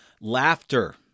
Laughter